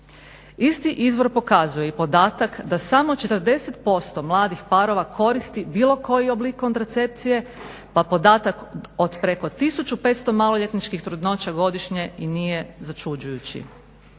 Isto izvor pokazuje i podatak da smo 40% mladih parova koristi bilo koji oblik kontracepcije pa podatak od preko 1500 maloljetničkih trudnoća godišnje i nije začuđujući.